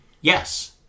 Yes